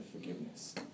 forgiveness